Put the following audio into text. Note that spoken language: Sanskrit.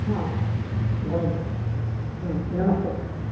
हा भवतु ह्म् नमस्ते